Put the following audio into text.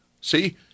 See